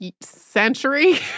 century